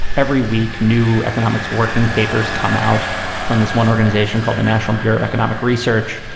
every week new economics, working papers come out from this one organization called the national bureau of economic research.